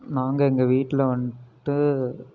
நாங்கள் எங்கள் வீட்டில் வந்துட்டு